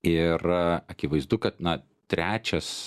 ir akivaizdu kad na trečias